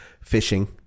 fishing